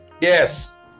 Yes